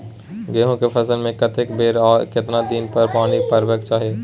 गेहूं के फसल मे कतेक बेर आ केतना दिन पर पानी परबाक चाही?